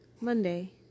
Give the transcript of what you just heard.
Monday